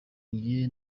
njye